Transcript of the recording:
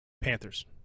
Panthers